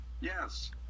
Yes